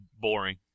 boring